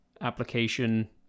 application